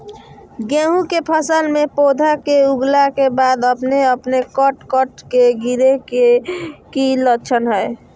गेहूं के फसल में पौधा के उगला के बाद अपने अपने कट कट के गिरे के की लक्षण हय?